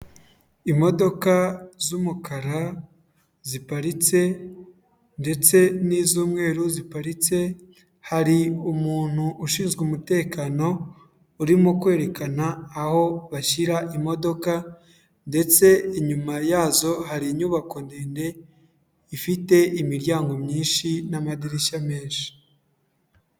Imodoka z'umukara ziparitse ndetse n'iz'umweru ziparitse, hari umuntu ushinzwe umutekano, urimo kwerekana aho bashyira imodoka ndetse inyuma yazo hari inyubako ndende, ifite imiryango myinshi n'amadirishya menshi.